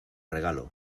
regalo